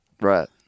Right